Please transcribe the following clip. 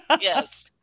Yes